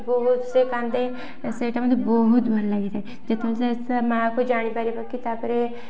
ବହୁତ ସେ କାନ୍ଦେ ସେଇଟା ମୋତେ ବହୁତ ଭଲ ଲାଗିଥାଏ ଯେତେବେଳେ ସେ ତା ମାଆକୁ ଜାଣିପାରିବ କି ତା'ପରେ